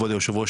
כבוד היושב-ראש,